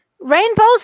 Rainbows